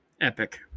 epic